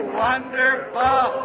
wonderful